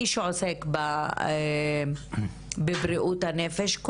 מי שעוסק בבריאות הנפש,